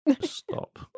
stop